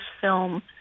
film